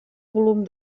volum